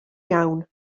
iawn